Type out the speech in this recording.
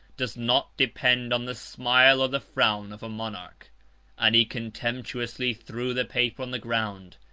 does not depend on the smile the frown of a monarch and he contemptuously threw the paper on the ground.